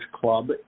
club